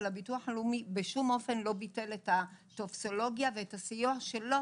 אבל הביטוח הלאומי בשום אופן לא ביטל את הטופסולוגיה ואת הסיוע שלו,